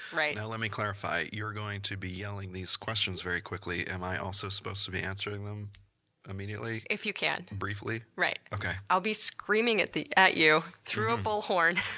right now let me clarify you're going to be yelling these questions very quickly. am i also supposed to be answering them immediately? if you can. briefly? right. okay. i'll be screaming it at you through a bullhorn.